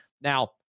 Now